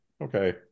Okay